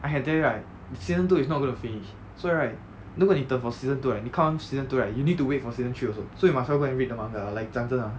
I can tell you right season two is not going finish 所以 right 如果你等 for season two right 你看完 season two right you need to wait for season three also so you must as well go and read the manga like 讲真的